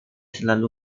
selalu